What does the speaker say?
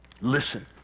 listen